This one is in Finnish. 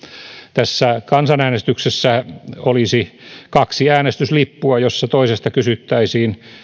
tässä kansanäänestyksessä olisi kaksi äänestyslippua joista toisessa kysyttäisiin